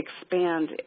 expand